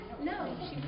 No